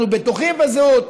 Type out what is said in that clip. אנחנו בטוחים בזהות,